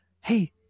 Hey